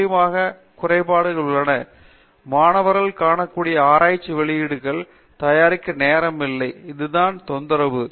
நிச்சயமாக குறைபாடுகள் உள்ள மாணவர் காணக்கூடிய ஆராய்ச்சி வெளியீடுகளை தயாரிக்க நேரம் இல்லை இது தான் தொந்தரவு